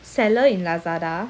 seller in Lazada